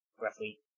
roughly